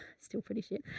still pretty shit.